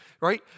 right